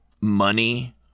Money